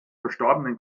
verstorbenen